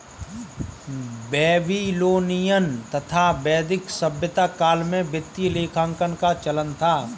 Babylonian तथा वैदिक सभ्यता काल में वित्तीय लेखांकन का चलन था